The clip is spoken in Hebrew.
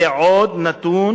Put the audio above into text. זה עוד נתון